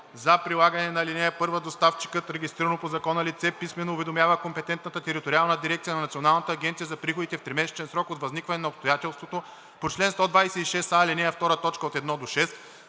За прилагане на ал. 1 доставчикът, регистрирано по закона лице, писмено уведомява компетентната териториална дирекция на Националната агенция за приходите в тримесечен срок от възникване на обстоятелството по чл. 126а, ал. 2, т. 1 – 6